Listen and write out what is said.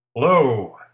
Hello